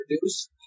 produce